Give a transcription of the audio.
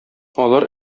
алар